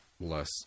less